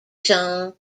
jeanne